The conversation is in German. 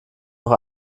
noch